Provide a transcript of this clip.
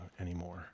anymore